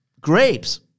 Grapes